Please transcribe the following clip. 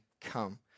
come